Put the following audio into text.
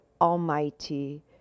almighty